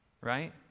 right